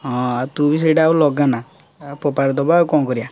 ହଁ ଆଉ ତୁ ବି ସେଇଟା ଆଉ ଲଗାନା ଫୋପାଡ଼ି ଦବା ଆଉ କ'ଣ କରିବା